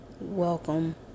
welcome